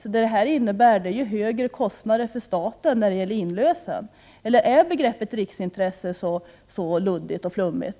Vad regeringens beslut innebär är ju högre kostnader för staten när det gäller inlösen. Eller är begreppet riksintresse så luddigt och flummigt?